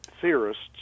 theorists